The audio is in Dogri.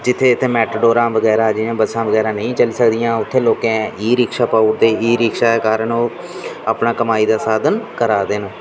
जित्थै जित्थै मैटाडोरां बगैरा बस्सां बगैरा नेईं चली सकदियां उत्थै लोकैं ई रिक्शा पाई दियां ओह्दे कारण ओह् अपनी कमाई दा सादन करा दे न